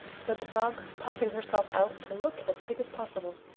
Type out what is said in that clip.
said the frog, puffing herself out to look as big as possible.